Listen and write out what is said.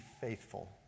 faithful